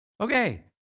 Okay